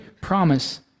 promise